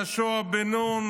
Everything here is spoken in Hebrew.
יהושע בן נון,